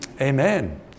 amen